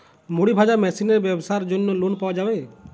মুড়ি ভাজা মেশিনের ব্যাবসার জন্য লোন পাওয়া যাবে?